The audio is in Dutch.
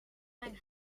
mijn